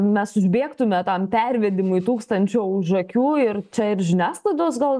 mes užbėgtume tam pervedimui tūkstančio už akių ir čia ir žiniasklaidos gal